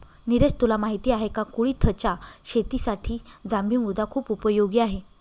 निरज तुला माहिती आहे का? कुळिथच्या शेतीसाठी जांभी मृदा खुप उपयोगी आहे